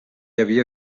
havia